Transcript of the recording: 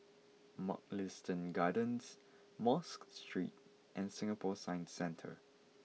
Mugliston Gardens Mosque Street and Singapore Science Centre